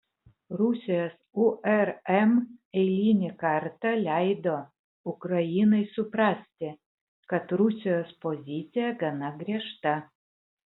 rusijos urm eilinį kartą leido ukrainai suprasti kad rusijos pozicija gana griežta